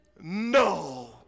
no